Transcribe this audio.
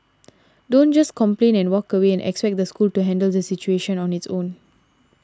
don't just complain and walk away and expect the school to handle the situation on its own